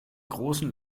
großen